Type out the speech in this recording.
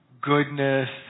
goodness